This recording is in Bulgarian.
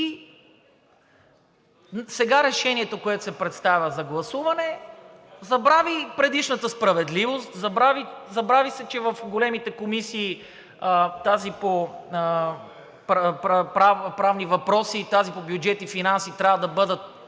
сега решението, което се представя за гласуване, забрави предишната справедливост, забрави се, че в големите комисии, тази по Правни въпроси и тази по Бюджет и финанси, трябва да бъдат